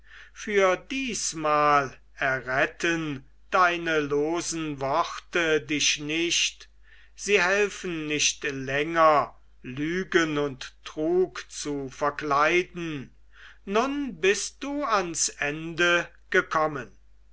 für diesmal erretten deine losen worte dich nicht sie helfen nicht länger lügen und trug zu verkleiden nun bist du ans ende gekommen